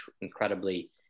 incredibly